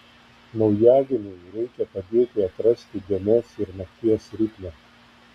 naujagimiui reikia padėti atrasti dienos ir nakties ritmą